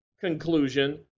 conclusion